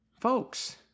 Folks